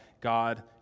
God